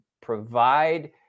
provide